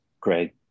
great